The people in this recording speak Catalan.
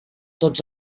tots